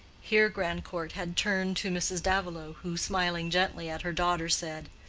here grandcourt had turned to mrs. davilow, who, smiling gently at her daughter, said,